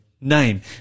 name